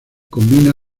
combina